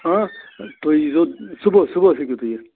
آ تُہۍ ییٖزیٚو صُبحس صُبحَس ہیٚکِو تُہۍ یِتھ